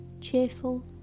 cheerful